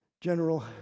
general